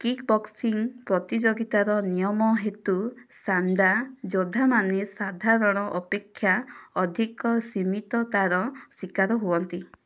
kick boxing ପ୍ରତିଯୋଗିତାର ନିୟମ ହେତୁ ସାଣ୍ଡା ଯୋଦ୍ଧାମାନେ ସାଧାରଣ ଅପେକ୍ଷା ଅଧିକ ସୀମିତତାର ଶିକାର ହୁଅନ୍ତି